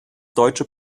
deutsche